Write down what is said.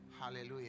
Hallelujah